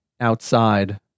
outside